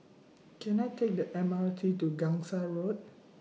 Can I Take The M R T to Gangsa Road